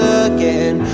again